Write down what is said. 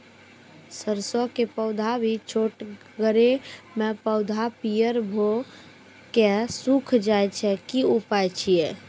सरसों के पौधा भी छोटगरे मे पौधा पीयर भो कऽ सूख जाय छै, की उपाय छियै?